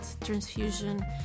transfusion